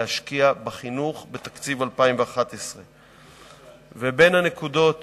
להשקיע בחינוך בתקציב 2011. ובין הנקודות